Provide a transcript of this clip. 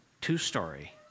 two-story